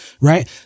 right